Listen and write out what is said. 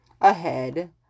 ahead